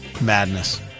Madness